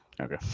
Okay